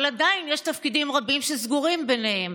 אבל עדיין יש תפקידים רבים שסגורים בפניהן.